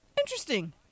Interesting